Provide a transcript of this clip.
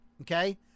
Okay